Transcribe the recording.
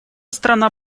страна